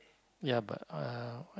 ya but uh what